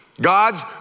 God's